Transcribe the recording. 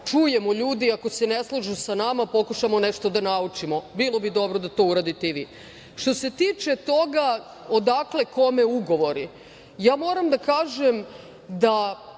čujemo, ljudi ako se ne slažu sa nama pokušamo nešto da naučimo, bilo bi dobro da to uradite i vi. Što se tiče toga odakle kome ugovori, ja moram da kažem da